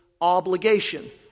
obligation